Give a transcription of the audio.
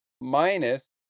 minus